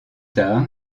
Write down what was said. tard